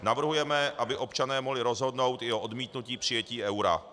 Navrhujeme, aby občané mohli rozhodnout i o odmítnutí přijetí eura.